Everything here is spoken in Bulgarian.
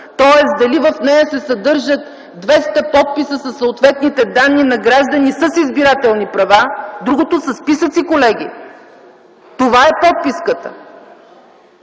тоест дали в нея се съдържат 200 подписа със съответните данни на граждани с избирателни права, другото са списъци, колеги, това е подписката,